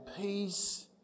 peace